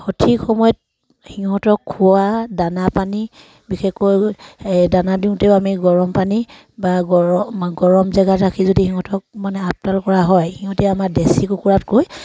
সঠিক সময়ত সিহঁতক খোৱা দানা পানী বিশেষকৈ এই দানা দিওঁতেও আমি গৰম পানী বা গৰম গৰম জেগাত ৰাখি যদি সিহঁতক মানে আপডাল কৰা হয় সিহঁতে আমাৰ দেচী কুকুৰাতকৈ